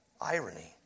irony